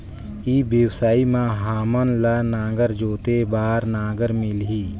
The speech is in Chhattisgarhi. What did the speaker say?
ई व्यवसाय मां हामन ला नागर जोते बार नागर मिलही?